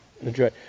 Enjoy